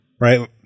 Right